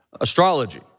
astrology